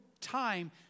time